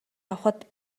авахад